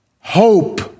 hope